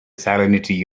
salinity